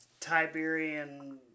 Tiberian